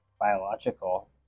biological